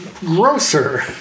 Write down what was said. grosser